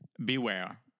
Beware